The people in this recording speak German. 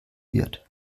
wird